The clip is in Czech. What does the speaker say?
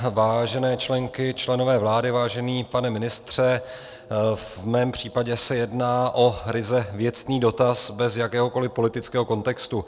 Vážené členky, členové vlády, vážený pane ministře, v mém případě se jedná o ryze věcný dotaz bez jakéhokoli politického kontextu.